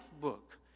Book